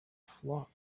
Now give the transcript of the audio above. flock